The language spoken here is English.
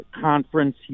conference